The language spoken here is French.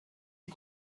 est